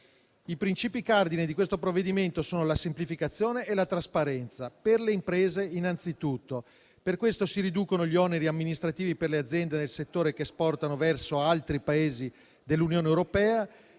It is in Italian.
I principi cardine del provvedimento sono la semplificazione e la trasparenza, per le imprese innanzitutto. Per questo si riducono gli oneri amministrativi per le aziende nel settore che esportano verso altri Paesi dell'Unione europea,